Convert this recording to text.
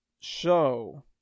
show